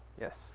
Yes